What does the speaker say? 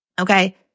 Okay